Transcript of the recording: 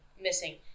missing